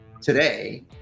today